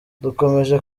dukomeje